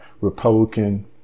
Republican